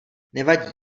nevadí